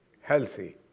healthy